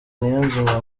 niyonzima